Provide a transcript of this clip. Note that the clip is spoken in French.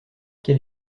quel